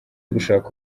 gushaka